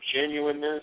genuineness